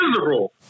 miserable